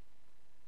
שלך.